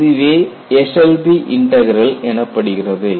இதுவே Eshelby integral Eshelbys integral எனப்படுகிறது